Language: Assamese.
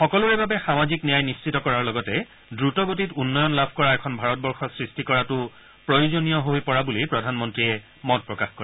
সকলোৰে বাবে সামাজিক ন্যায় নিশ্চিত কৰাৰ লগতে দ্ৰুত গতিত উন্নয়ন লাভ কৰা এখন ভাৰতবৰ্ষ সৃষ্টি কৰাটো প্ৰয়োজনীয় হৈ পৰা বুলি প্ৰধানমন্ত্ৰীয়ে মত প্ৰকাশ কৰে